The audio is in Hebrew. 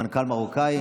מנכ"ל מרוקאי.